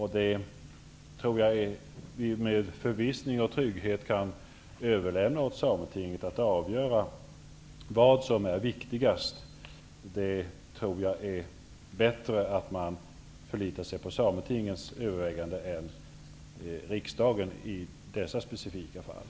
Jag tror att vi med trygghet kan överlämna åt sametinget att avgöra vad som är viktigast. Jag tror att det är bättre att man förlitar sig på sametingets överväganden än på riksdagens i dessa specifika fall.